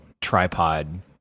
tripod